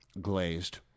glazed